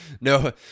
No